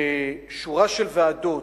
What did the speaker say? ששורה של ועדות,